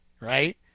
right